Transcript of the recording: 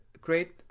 great